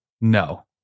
no